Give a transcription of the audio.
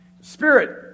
Spirit